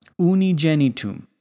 Unigenitum